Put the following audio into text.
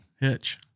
Hitch